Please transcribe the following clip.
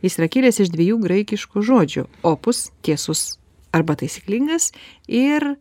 jis yra kilęs iš dviejų graikiškų žodžių opus tiesus arba taisyklingas ir